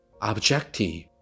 objective